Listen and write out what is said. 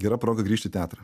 gera proga grįžt į teatrą